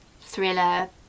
thriller